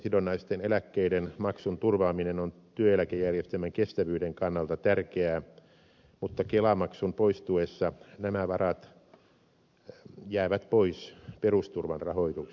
ansiosidonnaisten eläkkeiden maksun turvaaminen on työeläkejärjestelmän kestävyyden kannalta tärkeää mutta kelamaksun poistuessa nämä varat jäävät pois perusturvan rahoituksesta